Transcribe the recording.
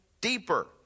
deeper